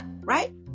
right